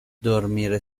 dormire